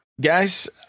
Guys